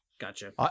Gotcha